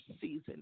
season